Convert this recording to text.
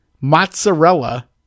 mozzarella